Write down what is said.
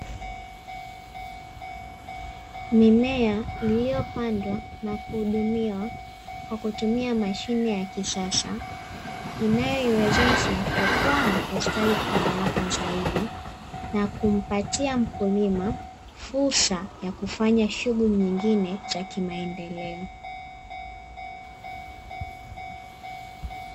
Mimea iliyopandwa na kuhudumiwa kwa kutumia mashine ya kisasa, inayoiwezesha kukua na kustawi kwa haraka zaidi, na kumpatia mkulima fursa ya kufanya shughuli nyingine za kimaendeleo.